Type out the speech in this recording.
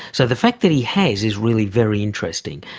so the fact that he has is really very interesting.